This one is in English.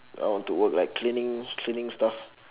I want to work like cleaning cleaning stuff